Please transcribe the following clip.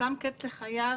שם קץ לחייו